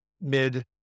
mid